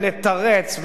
ונתרץ,